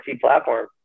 platform